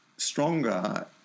stronger